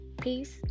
peace